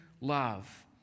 love